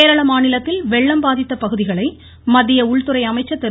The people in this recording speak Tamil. கேரள மாநிலத்தில் வெள்ளம் பாதித்த பகுதிகளை மத்திய உள்துறை அமைச்சர் திரு